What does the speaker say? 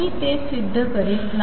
मी ते सिद्ध करीत नाही